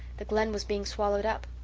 the glen was being swallowed up.